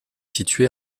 situé